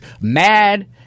mad